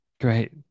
Great